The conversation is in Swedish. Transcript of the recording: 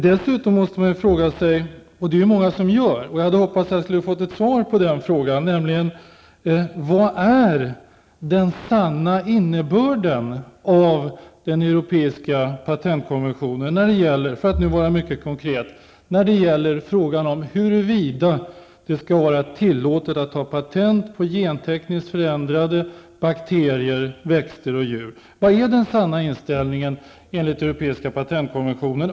Dessutom måste man fråga sig, vilket många gör -- och jag måste säga att jag hade hoppats att jag skulle få ett svar på frågan: Vad är den sanna innebörden av den europeiska patentkonventionen, för att vara mycket konkret, när det gäller frågan om huruvida det skall vara tillåtet att ta patent på gentekniskt förändrade bakterier, växter och djur? Vad är den sanna inställningen enligt den europeiska patentkonventionen?